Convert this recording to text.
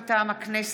מטעם הכנסת: